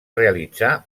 realitzar